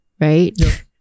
Right